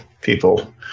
people